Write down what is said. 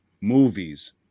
Movies